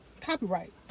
Copyright